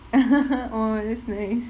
oh that's nice